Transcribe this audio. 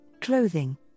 clothing